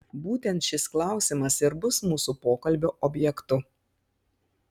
būtent šis klausimas ir bus mūsų pokalbio objektu